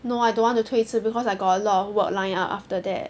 no I don't want to 推迟 because I got a lot of work lined up after that